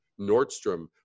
Nordstrom